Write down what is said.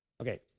okay